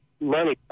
money